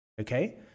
Okay